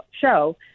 show